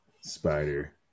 spider